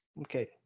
Okay